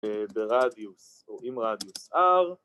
‫ברדיוס, או עם רדיוס R.